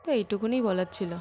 তো এইটুকুনই বলার ছিল